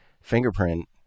fingerprint